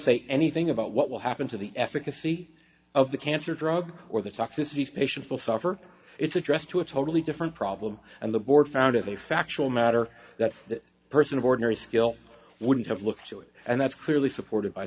say anything about what will happen to the efficacy of the cancer drug or the toxicity of patients will suffer it's addressed to a totally different problem and the board found of a factual matter that that person of ordinary skill would have looked to it and that's clearly supported by